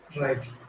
Right